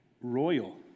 royal